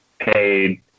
paid